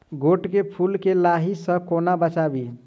गोट केँ फुल केँ लाही सऽ कोना बचाबी?